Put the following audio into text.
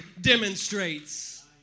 demonstrates